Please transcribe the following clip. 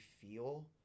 feel